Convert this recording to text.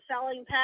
selling